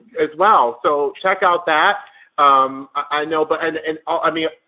as well. so check out that um i know, but and and ah i mean,